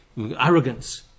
Arrogance